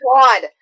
God